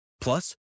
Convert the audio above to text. Plus